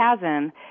chasm